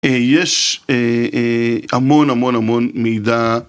יש המון המון המון מידע